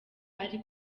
ari